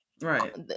right